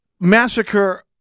massacre